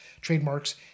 trademarks